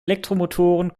elektromotoren